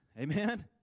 Amen